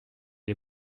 les